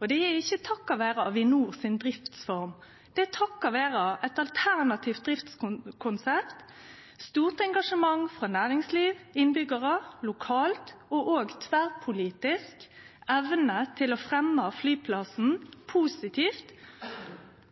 Og det er ikkje takka vere Avinor si driftsform. Men takka vere eit alternativt driftskonsept, stort engasjement frå næringsliv, innbyggjarar lokalt, og òg tverrpolitisk evne til å fremje flyplassen positivt,